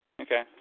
Okay